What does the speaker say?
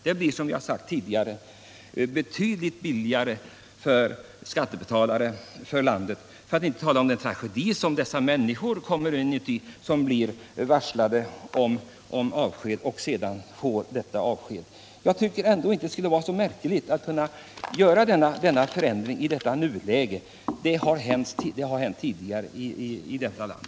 Det skulle, som det har sagts här tidigare, bli betydligt billigare för landets skattebetalare, för att inte tala om de tragedier som drabbar alla människor som blir varslade om avsked och sedan också får det. Jag tycker inte att det skulle vara så märkligt att göra en sådan förändring i nuläget. Det har hänt tidigare i detta land.